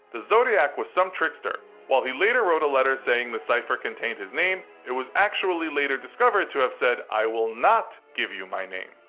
the zodiac was some trickster. while he later wrote a letter saying the cipher contained his name, it was actually later discovered to have said, i will not give you my name.